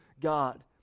God